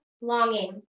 longing